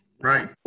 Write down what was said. Right